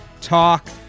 talk